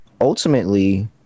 ultimately